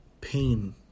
pain